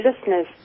listeners